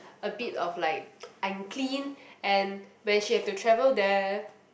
a bit of like unclean and when she have to travel there